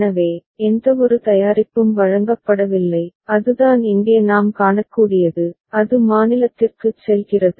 எனவே எந்தவொரு தயாரிப்பும் வழங்கப்படவில்லை அதுதான் இங்கே நாம் காணக்கூடியது அது மாநிலத்திற்குச் செல்கிறது